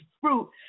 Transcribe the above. Fruit